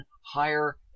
higher